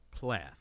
Plath